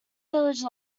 village